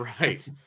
Right